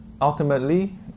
ultimately